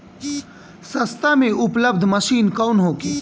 सस्ता में उपलब्ध मशीन कौन होखे?